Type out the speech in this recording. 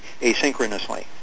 asynchronously